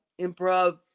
improv